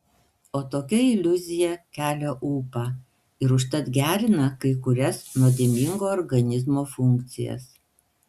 o tokia iliuzija kelia ūpą ir užtat gerina kai kurias nuodėmingo organizmo funkcijas